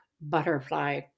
butterfly